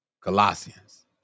Colossians